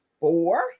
four